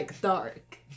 dark